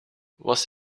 was